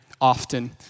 often